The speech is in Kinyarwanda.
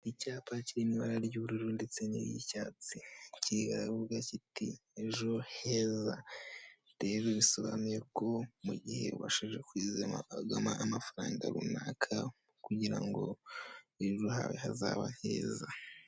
Icyapa cyiri mwibara rya ubururu ndetse niyicyatsi, cyiravuga kiti ejo heza. Rero bisobanuye ko mugihe washoje kwizigama amafaranga runaka kugirango ejo hawe hazabe heza.